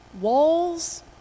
Walls